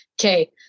okay